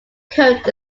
current